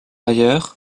ailleurs